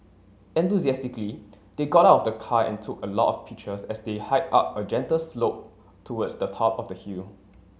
enthusiastically they got out of the car and took a lot of pictures as they hiked up a gentle slope towards the top of the hill